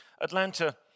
Atlanta